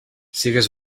sigues